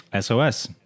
SOS